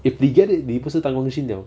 if 你 get it 你不是当 liao